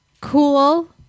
cool